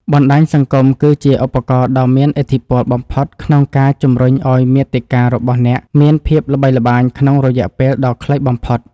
បណ្តាញសង្គមគឺជាឧបករណ៍ដ៏មានឥទ្ធិពលបំផុតក្នុងការជំរុញឱ្យមាតិការបស់អ្នកមានភាពល្បីល្បាញក្នុងរយៈពេលដ៏ខ្លីបំផុត។